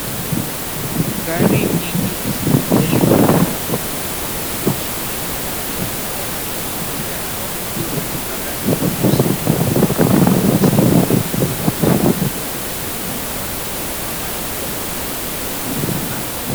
Gari nyingi zimeegeshwa kwenye nyasi 𝑧𝑖𝑙𝑖𝑧𝑜𝑠ℎ𝑒ℎ𝑒𝑛𝑖 rangi ya kijani moja yao ikiwa yenye rangi nyeusi huku miti mirefu mizuri ikiwa imezunguka maeneo hayo pia kuna mwanamke anayeonekana kwa umbali.